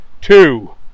two